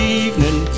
evening